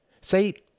Say